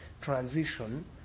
transition